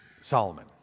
Solomon